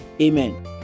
Amen